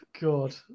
God